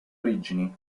origini